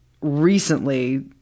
recently